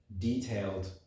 detailed